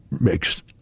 makes